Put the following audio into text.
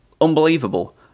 Unbelievable